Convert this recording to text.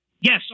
Yes